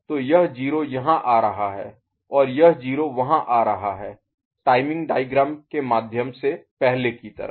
तो यह 0 यहाँ आ रहा है और यह 0 वहां आ रहा है टाइमिंग डायग्राम के माध्यम से पहले की तरह